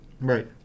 Right